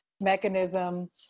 mechanism